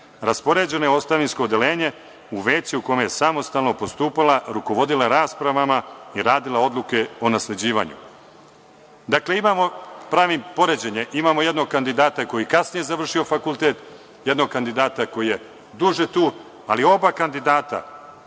Raspoređena je na ostavinsko odeljenje u veću u kome je samostalno postupala, rukovodila raspravama i radila odluke o nasleđivanju. Dakle, pravim poređenje, imamo jednog kandidata koji je kasnije završio fakultet, jednog kandidata koji je duže tu, ali oba kandidata